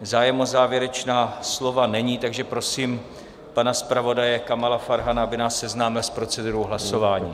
Zájem o závěrečná slova není, takže prosím pana zpravodaje Kamala Farhana, aby nás seznámil s procedurou hlasování.